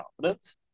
confidence